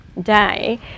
Day